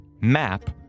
map